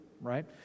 right